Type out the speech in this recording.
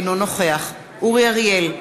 אינו נוכח אורי אריאל,